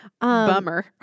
Bummer